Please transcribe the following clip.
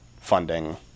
funding